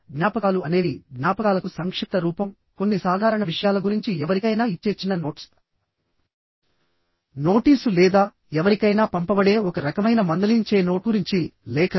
జ్ఞాపకాలు అనేవి జ్ఞాపకాలకు సంక్షిప్త రూపం కొన్ని సాధారణ విషయాల గురించి ఎవరికైనా ఇచ్చే చిన్న నోట్స్ నోటీసు లేదా ఎవరికైనా పంపబడే ఒక రకమైన మందలించే నోట్ గురించి లేఖలు